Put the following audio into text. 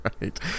right